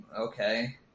okay